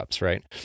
right